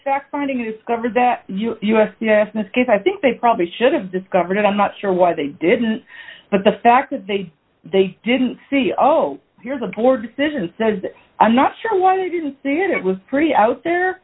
fact finding discover that us yes misgives i think they probably should have discovered it i'm not sure why they didn't but the fact that they they didn't see oh here's a board decision says i'm not sure why they didn't see it it was pretty out there